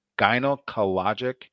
gynecologic